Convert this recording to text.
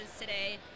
today